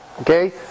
okay